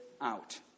out